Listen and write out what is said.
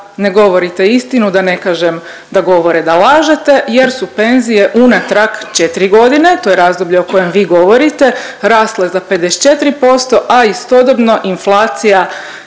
ne govorite istinu da ne kažem da govore da lažete jer su penzije unatrag 4 godine, to je razdoblje o kojem vi govorite rasle za 54%, a istodobno inflacija